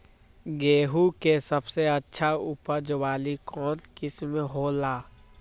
गेंहू के सबसे अच्छा उपज वाली कौन किस्म हो ला?